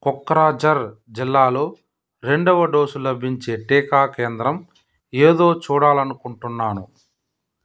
కొక్రాఝర్ జిల్లాలో రెండవ డోసు లభించే టీకా కేంద్రం ఏదో చూడాలనుకుంటున్నాను